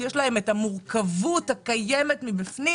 שיש בהן מורכבות פנימית,